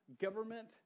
government